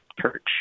Church